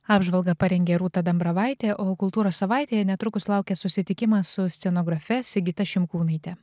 apžvalgą parengė rūta dambravaitė o kultūros savaitėje netrukus laukia susitikimas su scenografe sigita šimkūnaite